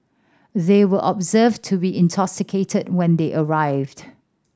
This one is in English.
they were observed to be intoxicated when they arrived